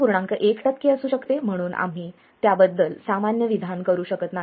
1 टक्के असू शकते म्हणून आम्ही त्याबद्दल सामान्य विधान करू शकत नाही